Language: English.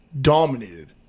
dominated